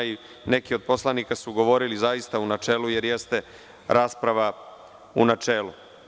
Neki od poslanika su govorili u načelu, jer jeste rasprava u načelu.